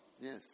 Yes